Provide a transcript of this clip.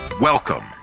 Welcome